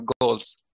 goals